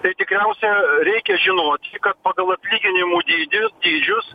tai tikriausia reikia žinoti kad pagal atlyginimų dydį dydžius